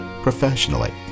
professionally